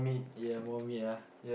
ya more meat ah